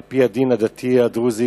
על-פי הדין הדתי הדרוזי,